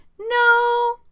No